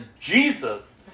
Jesus